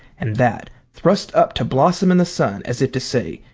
and that thrust up to blossom in the sun as if to say,